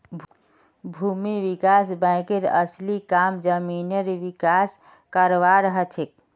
भूमि विकास बैंकेर असली काम जमीनेर विकास करवार हछेक